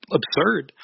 absurd